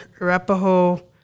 Arapaho